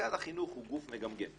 משרד החינוך הוא גוף מגמגם.